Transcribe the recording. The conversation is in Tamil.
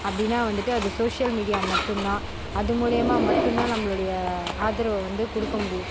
அப்படீன்னா வந்துட்டு அது சோசியல் மீடியா மட்டுந்தான் அது மூலியமாக மட்டுந்தான் நம்மளுடைய ஆதரவை வந்து கொடுக்க முடியும்